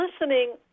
listening